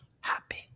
happy